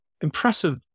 impressive